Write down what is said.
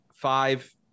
Five